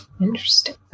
Interesting